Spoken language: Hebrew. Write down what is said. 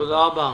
תודה רבה.